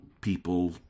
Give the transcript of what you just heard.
people